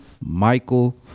Michael